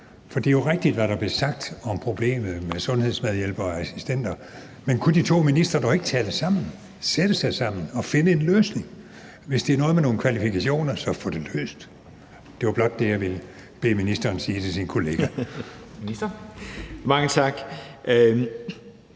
For det er jo rigtigt, hvad der blev sagt om problemet med sundhedsmedhjælpere og -assistenter, men kunne de to ministre dog ikke sætte sig sammen, tale sammen og finde en løsning, og hvis det er noget med nogle kvalifikationer, få det løst? Det var blot det, jeg ville bede ministeren sige til sin kollega. Kl.